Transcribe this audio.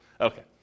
okay